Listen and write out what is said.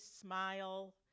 smile